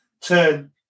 turn